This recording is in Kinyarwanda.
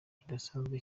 kidasanzwe